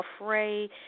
afraid